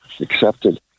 accepted